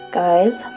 guys